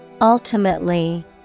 Ultimately